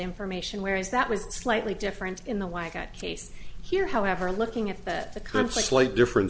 information whereas that was slightly different in the why i got case here however looking at that the conflicts like differen